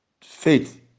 faith